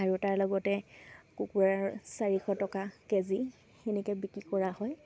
আৰু তাৰ লগতে কুকুৰাৰ চাৰিশ টকা কেজি সেনেকৈ বিক্ৰী কৰা হয়